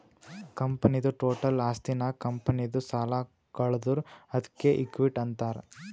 ಕಂಪನಿದು ಟೋಟಲ್ ಆಸ್ತಿನಾಗ್ ಕಂಪನಿದು ಸಾಲ ಕಳದುರ್ ಅದ್ಕೆ ಇಕ್ವಿಟಿ ಅಂತಾರ್